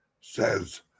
says